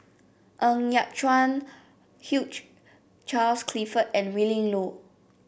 Ng Yat Chuan Hugh Charles Clifford and Willin Low